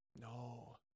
No